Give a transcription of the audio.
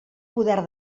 poder